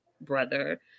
brother